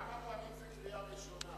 כמה פעמים זה קריאה ראשונה?